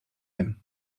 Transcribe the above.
them